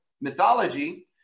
mythology